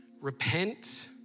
Repent